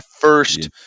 first